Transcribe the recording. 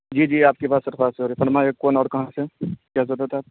جی جی آپ کی بات سرفراز سے ہو رہی ہے فرمائیے کون اور کہاں سے کیا ضرورت ہے آپ